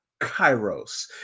Kairos